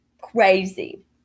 Crazy